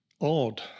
odd